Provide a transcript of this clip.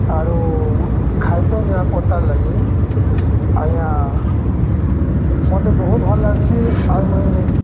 ଆରୁ ଖାଦ୍ୟ ନିରାପତ୍ତାର୍ ଲାଗି ଆଜ୍ଞା ମତେ ବହୁତ୍ ଭଲ୍ ଲାଗ୍ସି ଆର୍ ମୁଇଁ